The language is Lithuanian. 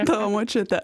tavo močiutė